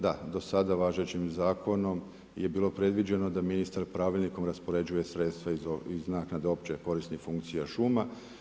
Da, do sada važećim zakonom je bilo predviđeno da ministar pravilnikom raspoređuje sredstva iz naknade opće korisnih funkcija šuma.